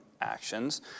actions